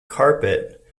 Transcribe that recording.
carpet